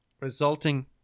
resulting